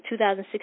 2016